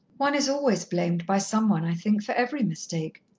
one is always blamed by some one, i think for every mistake.